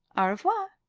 au revoir.